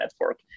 network